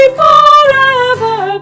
forever